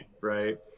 right